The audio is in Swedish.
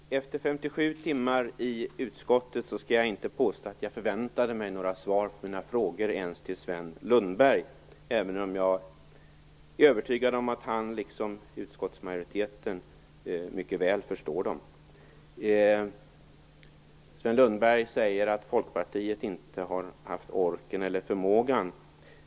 Fru talman! Efter 57 timmar i utskottet skall jag inte påstå att jag förväntade mig svar på mina frågor från Sven Lundberg, även om jag är övertygad om att han, liksom utskottsmajoriteten, mycket väl förstår dem. Sven Lundberg säger att Folkpartiet inte har haft orken eller förmågan.